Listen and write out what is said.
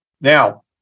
Now